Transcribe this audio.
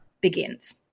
begins